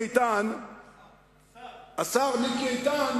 השר מיקי איתן